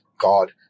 God